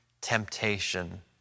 temptation